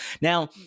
Now